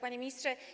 Panie Ministrze!